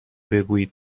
بگویید